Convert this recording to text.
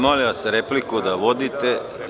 Molim vas, nemojte repliku da vodite.